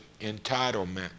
entitlement